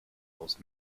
aus